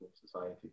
society